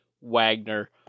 Wagner